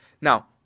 Now